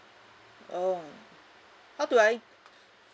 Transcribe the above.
oh how do I